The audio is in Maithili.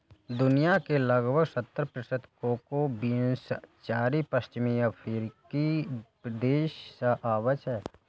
दुनिया के लगभग सत्तर प्रतिशत कोको बीन्स चारि पश्चिमी अफ्रीकी देश सं आबै छै